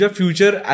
future